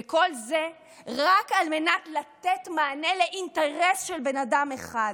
וכל זה רק על מנת לתת מענה לאינטרס של בן אדם אחד.